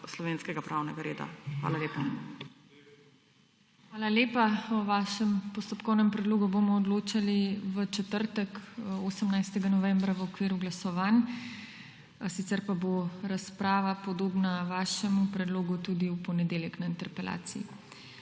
slovenskega pravnega reda. Hvala lepa. **PODPREDSEDNICA TINA HEFERLE:** Hvala lepa. O vašem postopkovnem predlogu bomo odločali v četrtek, 18. novembra, v okviru glasovanj. Sicer pa bo razprava, podobna vašemu predlogu, tudi v ponedeljek na interpelaciji.